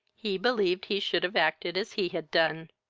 he believed he should have acted as he had done.